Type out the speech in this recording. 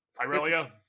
Irelia